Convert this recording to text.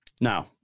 Now